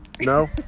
No